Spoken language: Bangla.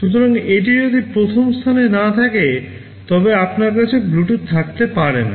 সুতরাং এটি যদি প্রথম স্থানে না থাকে তবে আপনার কাছে ব্লুটুথ থাকতে পারে না